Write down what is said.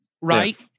right